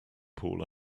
pool